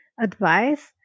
advice